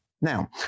Now